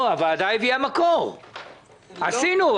הוועדה הביאה מקור, עשינו.